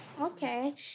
Okay